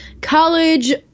college-